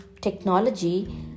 technology